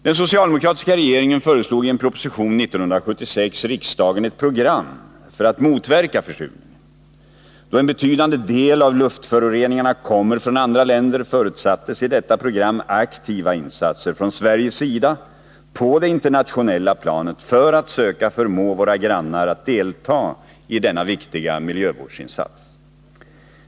Den socialdemokratiska regeringen föreslog i en proposition 1976 riksdagen ett program för att motverka försurningen. Då en betydande del av luftföroreningarna kommer från andra länder, förutsattes i detta program aktiva insatser från Sveriges sida på det internationella planet för att förmå våra grannar att delta i denna viktiga miljövårdsinsats.